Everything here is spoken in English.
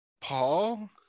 paul